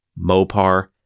Mopar